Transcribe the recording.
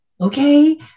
okay